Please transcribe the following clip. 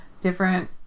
different